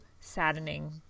saddening